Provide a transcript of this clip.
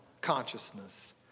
consciousness